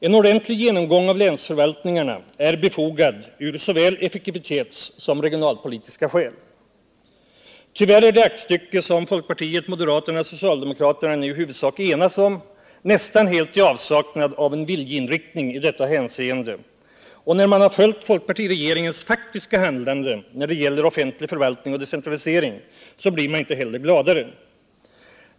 En ordentlig genomgång av länsförvaltningarna är befogad såväl av effektivitetsskäl som av regionalpolitiska skäl. Tyvärr är det aktstycke som folkpartiet, moderaterna och socialdemokraterna nu i huvudsak har enats om nästan helt i avsaknad av en viljeinriktning i detta hänseende, och när man har följt folkpartiregeringens faktiska handlande när det gäller offentlig förvaltning och decentralisering blir man inte heller gladare.